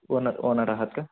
owner owner आहात का